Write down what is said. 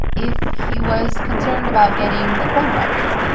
if he was concerned about getting the coronavirus.